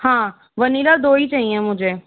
हाँ वनीला दो ही चाहिए मुझे